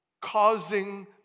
causing